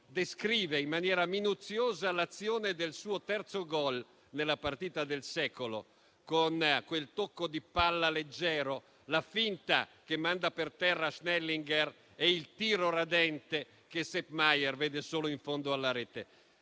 descrive in maniera minuziosa l'azione del suo terzo gol nella partita del secolo, con quel tocco di palla leggero, la finta che manda per terra Schnellinger e il tiro radente che Sepp Maier vede solo in fondo alla rete.